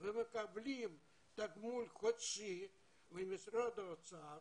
ומקבלים תגמול חודשי ממשרד האוצר